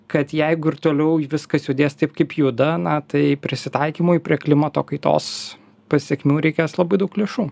kad jeigu ir toliau viskas judės taip kaip juda na tai prisitaikymui prie klimato kaitos pasekmių reikės labai daug lėšų